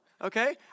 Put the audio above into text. okay